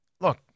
look